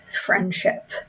friendship